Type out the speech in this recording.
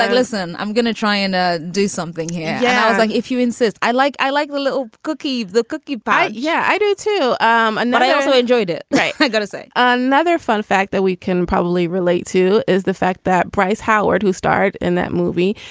like listen, i'm gonna try and ah do something here. yeah. i was like, if you insist. i like i like the little cookie. the cookie pie. yeah, i do, too. um and i also enjoyed it i gotta say, another fun fact that we can probably relate to is the fact that bryce howard, who starred in that movie,